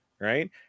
right